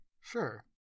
Sure